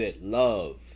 love